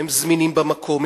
הם זמינים במקום,